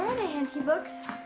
henty books?